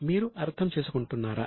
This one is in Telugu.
మీరు అర్థం చేసుకుంటున్నారా